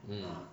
mm